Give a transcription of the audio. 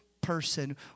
person